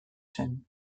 zen